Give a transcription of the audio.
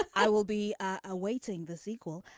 i will be awaiting the sequel.